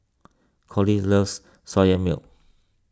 Collis loves Soya Milk